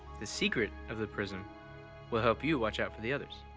the secret of the prism will help you watch out for the others.